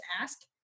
ask